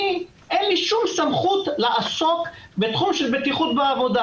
אין לי שום סמכות לעסוק בתחום של בטיחות בעבודה.